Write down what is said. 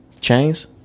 Chains